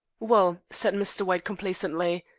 well, said mr. white complacently,